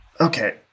Okay